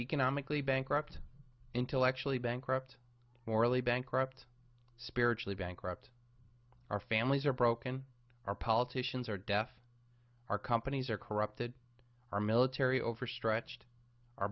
economically bankrupt intellectually bankrupt morally bankrupt spiritually bankrupt our families are broken our politicians are deaf our companies are corrupted our military overstretched our